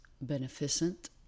beneficent